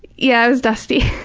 yeah it was dusty.